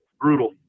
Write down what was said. brutal